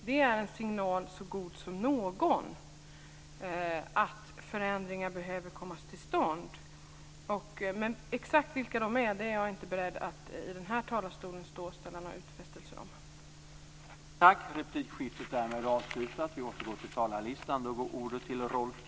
Det är en signal så god som någon att förändringar behöver komma till stånd. Men jag är inte beredd att stå här i talarstolen och tala om exakt vilka de är.